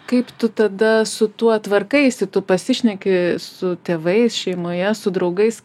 kaip tu tada su tuo tvarkaisi tu pasišneki su tėvais šeimoje su draugais